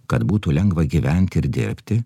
kad būtų lengva gyventi ir dirbti